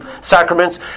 sacraments